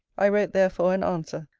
i wrote therefore an answer,